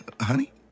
Honey